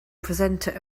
presenter